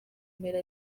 mpera